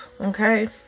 okay